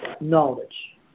knowledge